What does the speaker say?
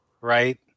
right